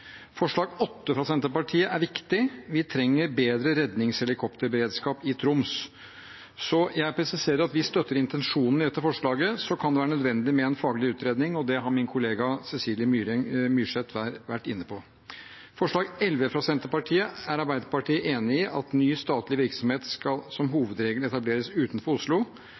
Forslag nr. 8, fra Senterpartiet, er viktig. Vi trenger bedre redningshelikopterberedskap i Troms. Jeg presiserer at vi støtter intensjonen i dette forslaget. Det kan være nødvendig med en faglig utredning, og det har min kollega Cecilie Myrseth vært inne på. Forslag nr. 11, fra Senterpartiet: Arbeiderpartiet er enig i at ny statlig virksomhet som hovedregel skal etableres utenfor Oslo,